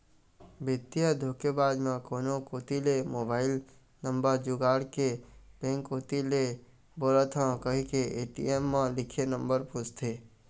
बित्तीय धोखेबाज मन कोनो कोती ले मोबईल नंबर जुगाड़ के बेंक कोती ले बोलत हव कहिके ए.टी.एम म लिखे नंबर पूछथे